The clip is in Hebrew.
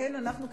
והן אנחנו,